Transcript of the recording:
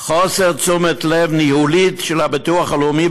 חוסר תשומת לב ניהולית של הביטוח הלאומי,